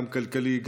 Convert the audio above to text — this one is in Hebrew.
גם כלכלי,